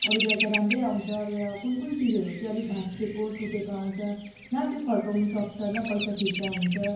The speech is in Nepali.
अरू बेला त राम्रो आउँछ अब तर कुन कुन चिजहरू चाहिँ अलिक भाँचिएको टुटेको आउँछ न त्यो फर्काउनुसक्छ न पैसा फिर्ता हुन्छ